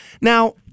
Now